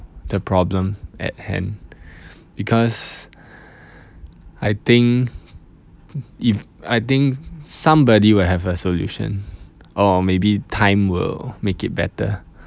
the problem at hand because I think if I think somebody will have a solution or maybe time will make it better